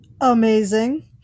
Amazing